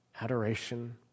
adoration